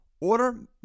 Order